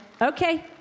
okay